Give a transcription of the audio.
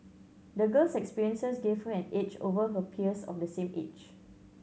the girl's experiences gave her an edge over her peers of the same age